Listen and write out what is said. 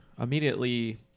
immediately